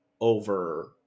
over